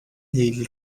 لیلی